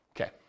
Okay